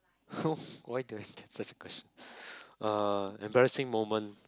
why do I pick such a question uh embarrassing moment